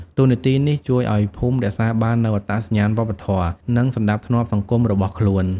តួនាទីនេះជួយឲ្យភូមិរក្សាបាននូវអត្តសញ្ញាណវប្បធម៌ និងសណ្តាប់ធ្នាប់សង្គមរបស់ខ្លួន។